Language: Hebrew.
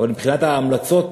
אבל מבחינת ההמלצות,